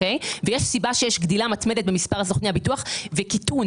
ויש סיבה שיש גדילה מתמדת במספר סוכני הביטוח וקיטון